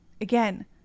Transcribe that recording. again